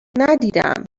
ندیدم